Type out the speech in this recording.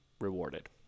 rewarded